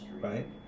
right